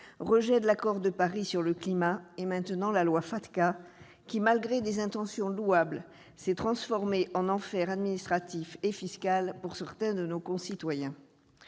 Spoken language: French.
rejet de l'accord de Paris sur le climat, et, maintenant, loi FATCA, qui, malgré des intentions louables, s'est transformée en enfer administratif et fiscal pour certains de nos concitoyens.